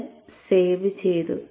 ഇത് സേവ് ചെയ്തു